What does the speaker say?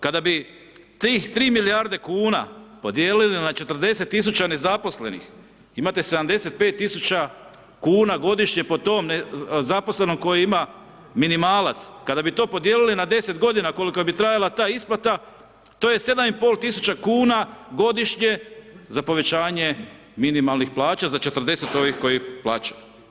Kada bi tih 3 milijarde kuna podijelili na 40 000 nezaposlenih, imate 75 000 kuna godišnje po tome nezaposlenom koji ima minimalac, kada bi to podijelili na 10 g. koliko bi trajala ta isplata, to je 7500 kuna godišnje za povećanje minimalnih plaća, za 40 ovih koje plaća.